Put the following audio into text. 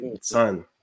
son